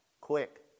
quick